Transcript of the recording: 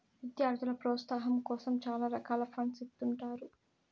విద్యార్థుల ప్రోత్సాహాం కోసం చాలా రకాల ఫండ్స్ ఇత్తుంటారు